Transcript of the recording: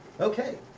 Okay